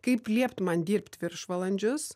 kaip liept man dirbt viršvalandžius